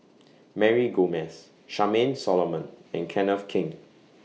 Mary Gomes Charmaine Solomon and Kenneth Keng